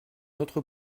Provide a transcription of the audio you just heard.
notre